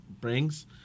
brings